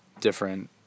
different